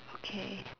okay